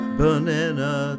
banana